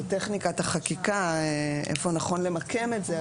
זה טכניקת החקיקה איפה נכון למקם את זה,